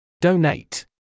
Donate